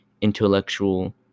intellectual